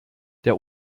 der